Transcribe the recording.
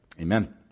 Amen